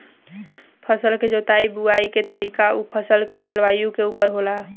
फसल के जोताई बुआई के तरीका उ फसल के जलवायु के उपर होला